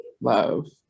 love